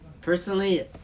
Personally